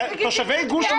כשתושבי גוש משגב